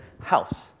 house